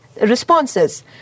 responses